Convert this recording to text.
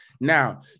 Now